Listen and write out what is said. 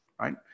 right